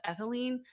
ethylene